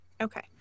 Okay